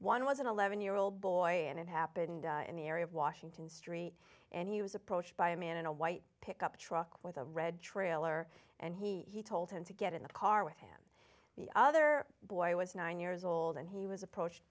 one was an eleven year old boy and it happened in the area of washington street and he was approached by a man in a white pickup truck with a red trailer and he told him to get in the car with him the other boy was nine years old and he was approached